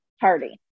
Party